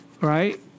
Right